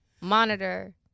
monitor